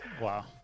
Wow